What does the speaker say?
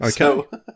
okay